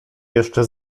jeszcze